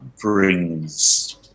brings